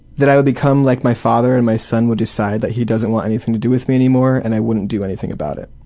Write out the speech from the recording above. that i will become like my father and my son will decide that he doesn't want anything to do with me anymore and i wouldn't do anything about it.